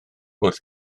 wrth